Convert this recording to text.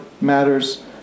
matters